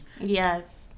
Yes